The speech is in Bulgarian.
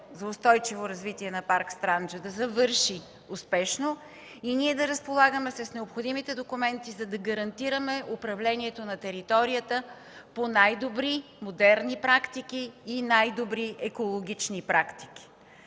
за устойчиво развитие на парк „Странджа”, да завърши успешно и ние да разполагаме с необходимите документи, за да гарантираме управлението на територията по най-добри модерни и екологични практики.